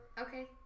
Okay